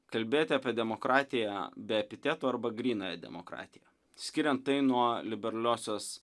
kalbėti apie demokratiją be epitetų arba grynąją demokratiją skiriant tai nuo liberaliosios